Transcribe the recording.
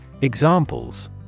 Examples